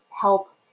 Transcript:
help